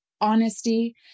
honesty